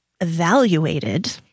evaluated